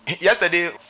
Yesterday